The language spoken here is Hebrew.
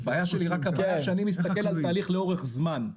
העניין שאני מסתכל על תהליך לאורך זמן,